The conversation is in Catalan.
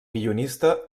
guionista